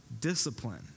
discipline